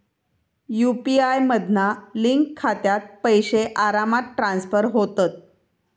UPI मधना link खात्यात पैशे आरामात ट्रांसफर होतत